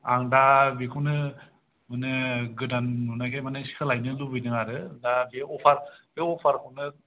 आं दा बेखौनो माने गोदान नुनायखाय माने सोलायनो लुबैदों आरो दा बे अफार बे अफारखौनो